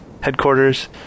headquarters